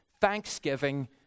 thanksgiving